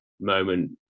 moment